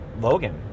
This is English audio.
Logan